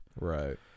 Right